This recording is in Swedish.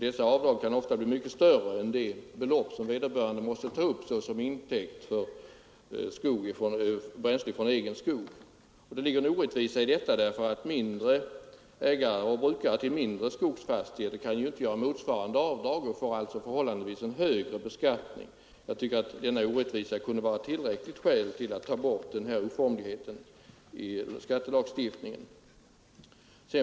Dessa avdrag kan ofta bli mycket större än de belopp som vederbörande måste ta upp som intäkt för bränsle från egen skog. Det ligger en orättvisa i detta. Ägare till mindre skogsfastigheter kan nämligen inte göra motsvarande avdrag utan får alltså förhållandevis högre beskattning. Jag tycker att denna orättvisa kunde vara tillräckligt skäl till att man tog bort denna oformlighet i skattelagstiftningen.